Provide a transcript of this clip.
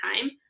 time